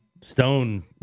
Stone